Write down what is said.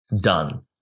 Done